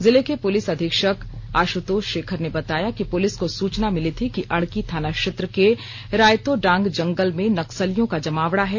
जिले के पुलिस अधीक्षक आशुतोष शेखर ने बताया कि पुलिस को सूचना मिली थी कि अड़की थाना क्षेत्र के रायतोडांग जंगल में नक्सलियों का जमावड़ा है